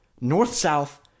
north-south